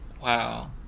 Wow